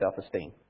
self-esteem